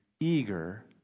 eager